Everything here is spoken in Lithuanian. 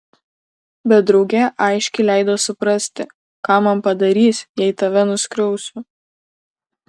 bet drauge aiškiai leido suprasti ką man padarys jei tave nuskriausiu